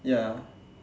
ya